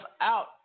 out